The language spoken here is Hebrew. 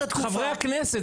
חברי הכנסת.